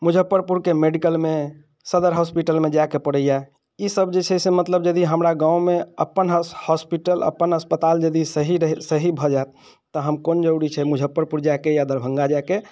मुजफ्फरपुरके मेडिकलमे सदर होस्पिटलमे जायके पड़ैया ई सब जे छै से मतलब यदि हमरा गाँवमे अपन होस्पिटल अपन अस्पताल यदि सही रहै सही भऽ जाय तहन कोन जरूरी छै मुजफ्फरपुर जायके या दरभङ्गा जायके